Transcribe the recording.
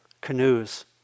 canoes